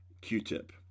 Q-Tip